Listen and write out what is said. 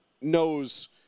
knows